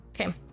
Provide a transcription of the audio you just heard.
Okay